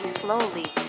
slowly